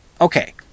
okay